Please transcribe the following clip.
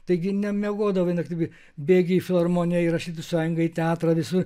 taigi nemiegodavai naktimis bėgi į filharmoniją į rašytojų sąjungą į teatrą visur